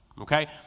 Okay